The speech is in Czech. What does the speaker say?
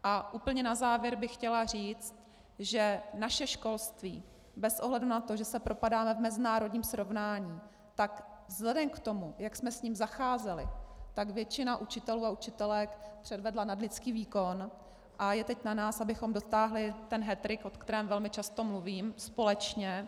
A úplně na závěr bych chtěla říct, že naše školství bez ohledu na to, že se propadáme v mezinárodním srovnání, tak vzhledem k tomu, jak jsme s ním zacházeli, tak většina učitelů a učitelek předvedla nadlidský výkon a je teď na nás, abychom dosáhli hattrick, o kterém velmi často mluvím, společně.